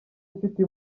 mfite